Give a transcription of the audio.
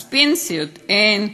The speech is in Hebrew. אז פנסיות אין,